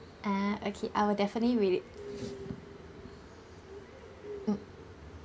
ah okay I will definitely relay mm